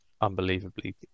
Unbelievably